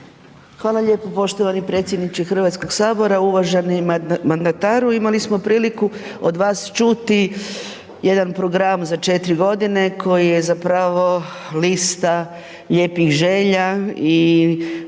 Hvala lijepo poštovani predsjedniče Hrvatskog sabora. Uvaženi mandataru imali smo priliku od vas čuti jedan program za 4 godine koji je zapravo lista lijepih želja i